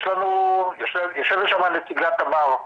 יושבת שם תמר,